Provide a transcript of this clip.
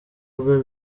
rwe